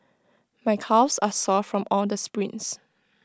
my calves are sore from all the sprints